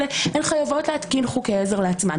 נצטרך לעבוד על זה.